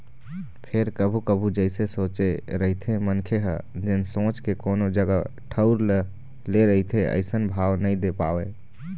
फेर कभू कभू जइसे सोचे रहिथे मनखे ह जेन सोच के कोनो जगा ठउर ल ले रहिथे अइसन भाव नइ दे पावय